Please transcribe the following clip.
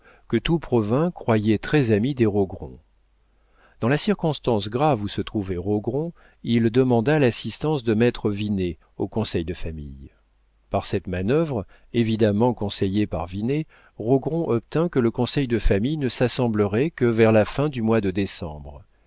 que tout provins croyait très amis des rogron dans la circonstance grave où se trouvait rogron il demanda l'assistance de maître vinet au conseil de famille par cette manœuvre évidemment conseillée par vinet rogron obtint que le conseil de famille ne s'assemblerait que vers la fin du mois de décembre